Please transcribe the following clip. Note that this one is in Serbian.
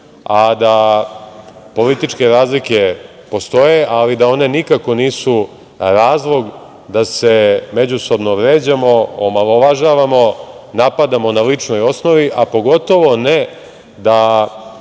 a da političke razlike postoje, ali da one nikako nisu razlog da se međusobno vređamo, omalovažavamo, napadamo na ličnoj osnovi, a pogotovo ne da